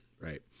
right